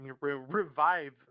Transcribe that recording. revive